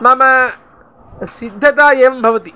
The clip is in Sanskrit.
मम सिद्धता एवं भवति